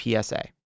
PSA